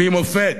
והיא מופת,